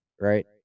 right